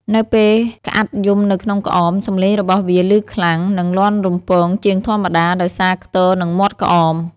នៅពេលក្អាត់យំនៅក្នុងក្អម សំឡេងរបស់វាឮខ្លាំង និងលាន់រំពងជាងធម្មតា ដោយសារខ្ទរនឹងមាត់ក្អម។